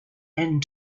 and